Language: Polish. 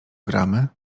gramy